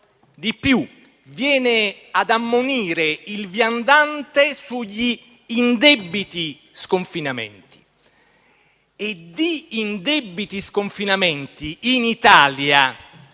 Di più, viene ad ammonire il viandante sugli indebiti sconfinamenti e di indebiti sconfinamenti, in Italia,